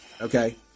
Okay